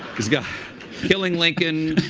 he's got killing lincoln,